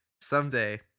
someday